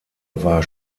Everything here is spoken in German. war